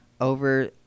over